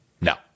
No